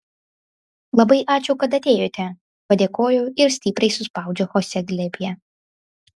labai ačiū kad atėjote padėkoju ir stipriai suspaudžiu chosė glėbyje